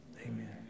Amen